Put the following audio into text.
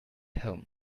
home